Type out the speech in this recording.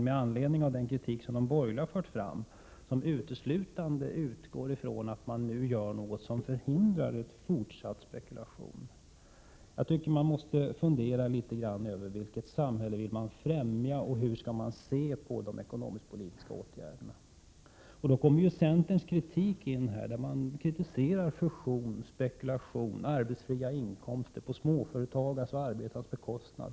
Med anledning av den kritik som de borgerliga har framfört, och som uteslutande utgår från att man nu inför något som förhindrar en fortsatt spekulation, tycker jag att det finns anledning att litet grand fundera över vilket samhälle man vill främja och vilket syftet skall vara med de ekonomiskpolitiska åtgärderna. I det sammanhanget är ju den kritik som centern framför riktig. Man kritiserar ju fusion, spekulation och arbetsfria inkomster, som görs på småföretagares och arbetares bekostnad.